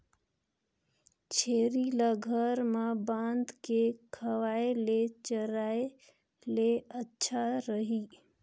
छेरी ल घर म बांध के खवाय ले चराय ले अच्छा रही?